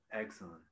Excellent